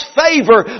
favor